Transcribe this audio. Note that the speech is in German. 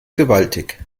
gewaltig